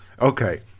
okay